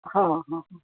हा हा